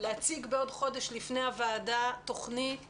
להציג בעוד חודש לפני הוועדה תוכנית